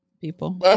people